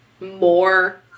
more